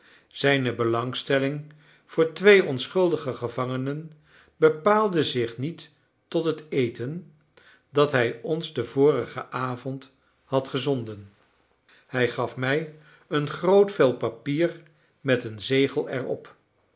zijne belangstelling voor twee onschuldige gevangenen bepaalde zich niet tot het eten dat hij ons den vorigen avond had gezonden hij gaf mij een groot vel papier met een zegel er